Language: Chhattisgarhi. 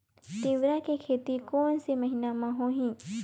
तीवरा के खेती कोन से महिना म होही?